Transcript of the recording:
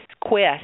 quest